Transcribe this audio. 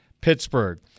Pittsburgh